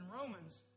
Romans